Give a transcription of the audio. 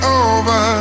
over